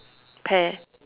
pear